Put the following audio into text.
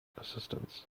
assistance